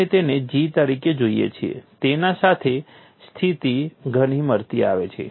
આપણે તેને G તરીકે જોઈએ છીએ તેના સાથે આ સ્થિતિ ઘણી મળતી આવે છે